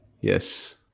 Yes